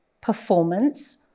performance